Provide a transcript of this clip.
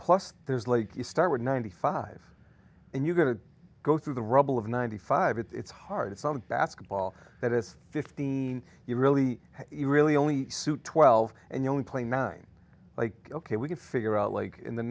plus there's like you start with ninety five and you're going to go through the rubble of ninety five it's hard some basketball that is fifteen you really really only suit twelve and you only play nine like ok we can figure out like in the